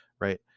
Right